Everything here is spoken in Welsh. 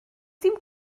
dim